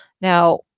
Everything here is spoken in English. Now